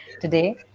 today